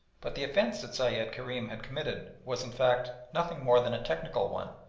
but the offence that sayed kerim had committed was, in fact, nothing more than a technical one,